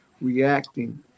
reacting